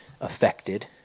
affected